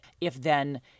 if-then